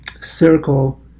circle